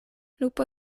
lupo